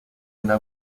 una